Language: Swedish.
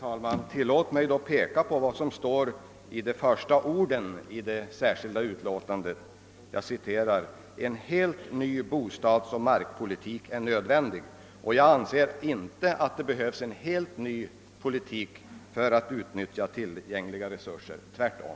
Herr talman! Tillåt mig då peka på vad som sägs i de första orden i det särskilda yttrandet: »En helt ny bostadsoch markpolitik är nödvändig.» Jag anser inte att det behövs en helt ny politik för att utnyttja tillgängliga resurser, tvärtom.